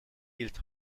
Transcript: gilt